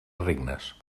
regnes